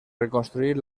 reconstruir